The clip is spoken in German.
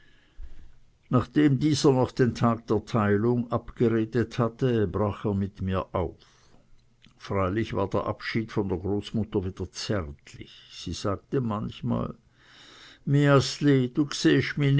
nachdem dieser noch den tag der teilung abgeredet hatte brach er mit mir auf freilich war der abschied von der großmutter wieder zärtlich sie sagte manchmal miaßli